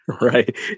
Right